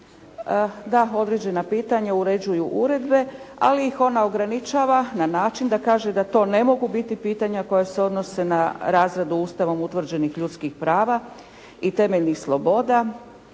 Da određena pitanja uređuju uredbe, ali ih ona ograničava na način da kaže da to ne mogu biti pitanja koja se odnose na razradu Ustavom utvrđenih ljudskih prava i temeljnih sloboda,